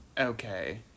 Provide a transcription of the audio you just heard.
Okay